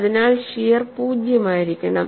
അതിനാൽ ഷിയർ പൂജ്യമായിരിക്കണം